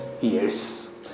years